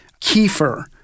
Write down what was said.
kefir